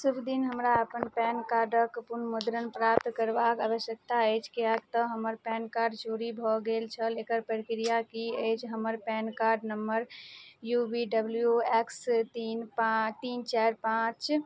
शुभ दिन हमरा अपन पैन कार्डक पुनर्मुद्रण प्राप्त करबाक आवश्यकता अछि किएक तऽ हमर पैन कार्ड चोरी भऽ गेल छल एकर प्रक्रिया की अछि हमर PAN card number U V W X तीन चारि पाँच